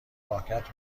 پاکت